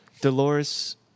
Dolores